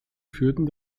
führten